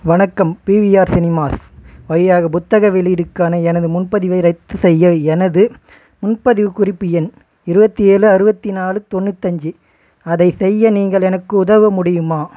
வணக்கம் PVR cinemas வழியாக புத்தக வெளியீடுக்கான எனது முன்பதிவை ரத்துசெய்ய எனது முன்பதிவு குறிப்பு எண் இருபத்தி ஏழு அறுபத்தி நாலு தொண்ணூத்தஞ்சு அதைச் செய்ய நீங்கள் எனக்கு உதவ முடியுமா